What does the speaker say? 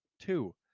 two